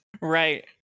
right